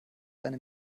eine